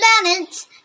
planets